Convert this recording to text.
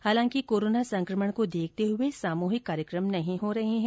हालांकि कोरोना संकमण को देखते हुए सामूहिक कार्यकम नहीं हो रहे है